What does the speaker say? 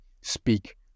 speak